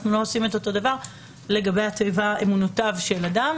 אנחנו לא עושים אותו דבר לגבי התיבה "אמונותיו של אדם",